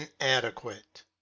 inadequate